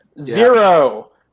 Zero